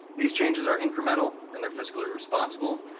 these changes are incremental, and they're fiscally responsible,